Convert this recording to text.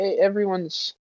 Everyone's